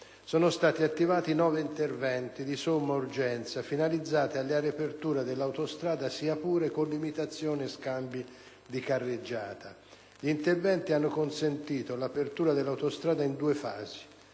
sono stati attivati nove interventi di somma urgenza, finalizzati alla riapertura dell'autostrada, sia pure con limitazioni e scambi di carreggiata. Gli interventi hanno consentito l'apertura dell'autostrada in due fasi: